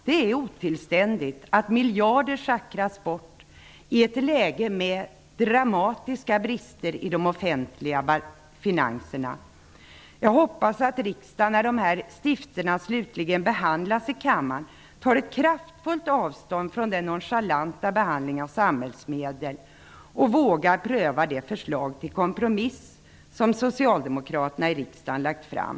Det är otillständigt att miljarder schckras bort i ett läge med dramatiska brister i de offentliga finanserna. Jag hoppas att riksdagen, när dessa stiftelser slutligen behandlas här i kammaren, tar ett kraftfullt avstånd från den nonchalanta behandlingen av samhällsmedel och vågar pröva det förslag till kompromiss som socialdemokraterna i riksdagen lagt fram.